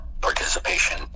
participation